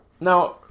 Now